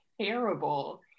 terrible